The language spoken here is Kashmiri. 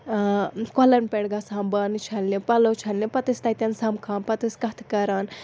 کۄلَن پٮ۪ٹھ گژھان بانہٕ چھَلنہِ پَلو چھَلنہِ پَتہٕ ٲسۍ تَتٮ۪ن سَمکھان پَتہٕ ٲس کَتھٕ کَران